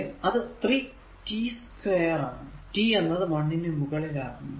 അത് 3 t 2 ആണ് t എന്നത് 1 നു മുകളിൽ ആകുമ്പോൾ